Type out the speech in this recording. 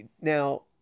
Now